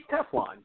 Teflon